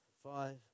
Five